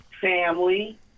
Family